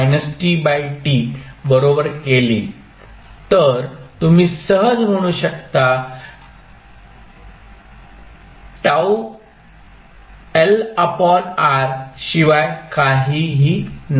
e-tT बरोबर केली तर तुम्ही सहज म्हणू शकता T LR शिवाय काही नाही